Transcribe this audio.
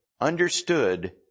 understood